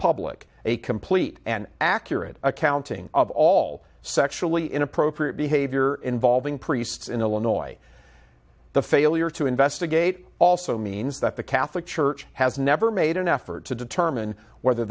public a complete and accurate accounting of all sexually inappropriate behavior involving priests in illinois the failure to investigate also means that the catholic church has never made an effort to determine whether